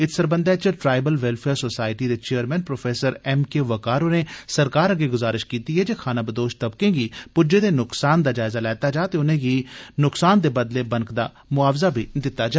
इत सरबंधै tribal welfare society दे chairman prof M K Waqar होरें सरकार अग्गै गुजारश कीती ऐ जे खानाबदोश तबके गी पुज्जे दे नुक्सान दा जायज़ा लैता जा ते उनेंगी नुक्सान दे बदले बनकदा मुआवज़ा बी दिता जा